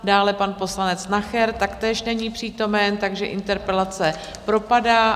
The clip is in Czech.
Dále pan poslanec Nacher, taktéž není přítomen, takže interpelace propadá.